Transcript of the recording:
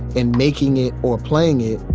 in making it or playing it,